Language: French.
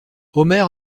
omer